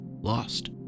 lost